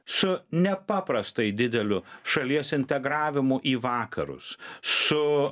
su nepaprastai dideliu šalies integravimu į vakarus su